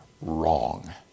Wrong